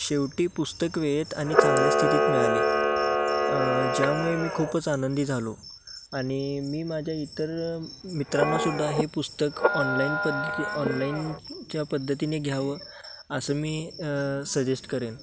शेवटी पुस्तक वेळेत आणि चांगल्या स्थितीत मिळाले ज्यामुळे मी खूपच आनंदी झालो आणि मी माझ्या इतर मित्रांनासुद्धा हे पुस्तक ऑनलाईन पद्धती ऑनलाईनच्या पद्धतीने घ्यावं असं मी सजेस्ट करेन